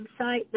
website